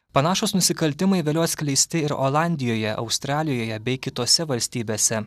panašūs nusikaltimai vėliau atskleisti ir olandijoje australijoje bei kitose valstybėse